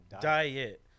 diet